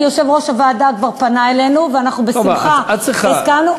כי יושב-ראש הוועדה כבר פנה אלינו ואנחנו בשמחה הסכמנו.